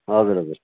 हजुर हजुर